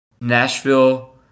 Nashville